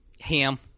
Ham